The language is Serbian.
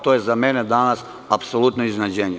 To je za mene danas apsolutno iznenađenje.